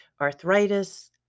arthritis